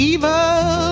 Evil